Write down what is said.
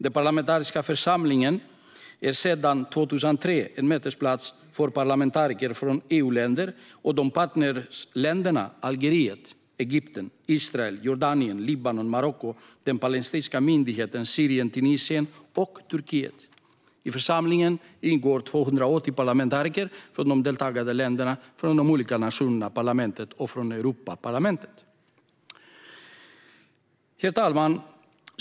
Den parlamentariska församlingen är sedan 2003 en mötesplats för parlamentariker från EU-länder och partnerländerna Algeriet, Egypten, Israel, Jordanien, Libanon, Marocko, den palestinska myndigheten, Syrien, Tunisien och Turkiet. I församlingen ingår 280 parlamentariker från de deltagande länderna, från de olika nationella parlamenten och från Europaparlamentet. Herr talman!